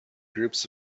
groups